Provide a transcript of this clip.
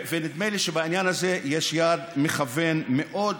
נדמה לי שבעניין הזה יש יד מכוונת מאוד